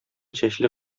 чәчле